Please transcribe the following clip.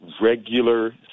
regular